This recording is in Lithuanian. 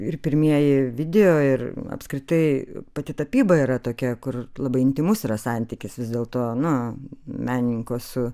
ir pirmieji video ir apskritai pati tapyba yra tokia kur labai intymus yra santykis vis dėlto na menininko su